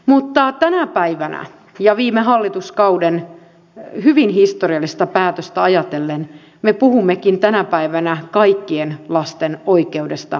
mutta tänä päivänä ja viime hallituskauden hyvin historiallista päätöstä ajatellen me puhummekin kaikkien lasten oikeudesta varhaiskasvatukseen